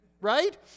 right